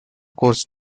course